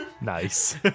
Nice